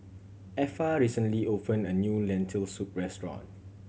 Effa recently opened a new Lentil Soup restaurant